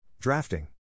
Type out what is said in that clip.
Drafting